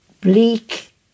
bleak